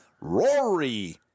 Rory